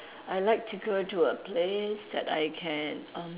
I like to go to a place that I can um